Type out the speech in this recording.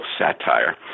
satire